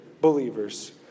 believers